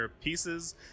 pieces